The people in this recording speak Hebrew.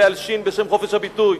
להלשין בשם חופש הביטוי.